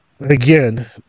again